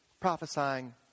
prophesying